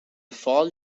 fall